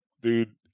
Dude